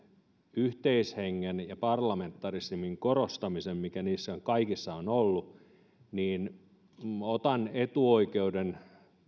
yhteishengen ja parlamentarismin korostamisen mikä niissä kaikissa on ollut niin otan etuoikeuden